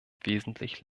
wesentlich